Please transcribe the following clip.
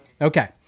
Okay